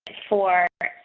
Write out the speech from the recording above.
for.